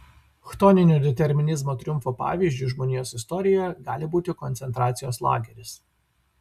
chtoninio determinizmo triumfo pavyzdžiu žmonijos istorijoje gali būti koncentracijos lageris